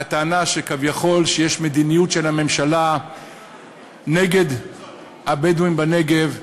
הטענה שיש כביכול מדיניות של הממשלה נגד הבדואים בנגב,